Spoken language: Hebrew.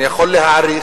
אני יכול להעריך,